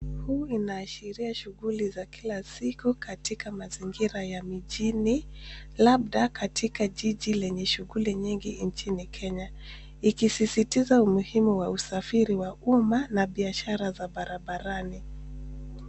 Huu inaashiria shughuli za kila siku katika mazingira ya mjini, labda katika jiji lenye shughuli nyingi nchini Kenya. Ikisisitiza umuhimu wa usafiri wa umma na biashara za barabarani.